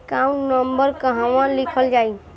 Account number कहवा लिखल जाइ?